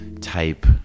type